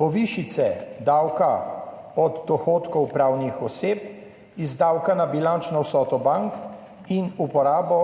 povišice davka od dohodkov pravnih oseb, iz davka na bilančno vsoto bank in uporabo